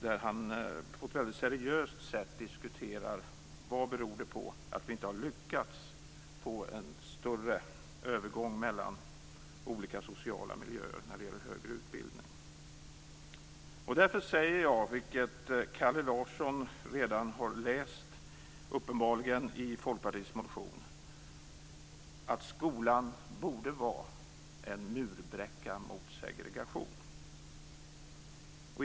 Där diskuterar han på ett mycket seriöst sätt vad det beror på att vi inte har lyckats få en större övergång mellan olika sociala miljöer när det gäller högre utbildning. Därför säger jag, vilket Kalle Larsson redan har läst - uppenbarligen i Folkpartiets motion - att skolan borde vara en murbräcka mot segregation.